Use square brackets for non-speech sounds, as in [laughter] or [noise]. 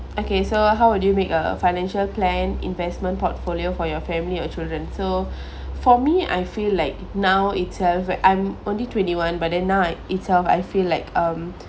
okay so how would you make a financial plan investment portfolio for your family or children so [breath] for me I feel like now itself where I'm only twenty one but then now I itself I feel like um